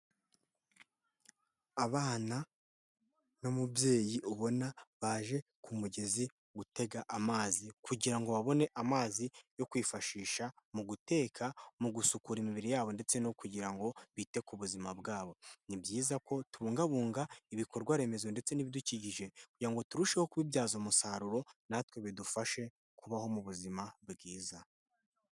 Abana n'umubyeyi ubona baje ku mugezi gutega amazi, kugira ngo babone amazi yo kwifashisha mu guteka, mu gusukura imibiri yabo, ndetse no kugira ngo bite ku buzima bwabo. Ni byiza ko tubungabunga ibikorwa remezo ndetse n'ibidukikije kugira ngo turusheho kubibyaza umusaruro natwe bidufashe kubaho mu buzima bwiza.